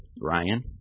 Ryan